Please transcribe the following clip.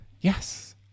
yes